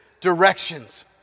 directions